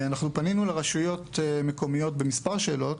אנחנו פנינו לרשויות מקומיות במספר שאלות,